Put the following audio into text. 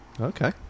Okay